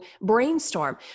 brainstorm